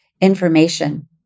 Information